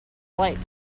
light